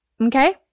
okay